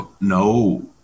No